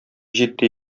җитди